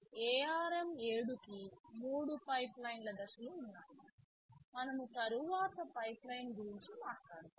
ARM 7 కి 3 pipeline దశలు ఉన్నాయి మనము తరువాత పైప్లైన్ గురించి మాట్లాడుతాము